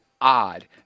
odd